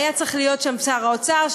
היה צריך להיות שם שר האוצר,